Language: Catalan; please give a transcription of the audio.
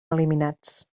eliminats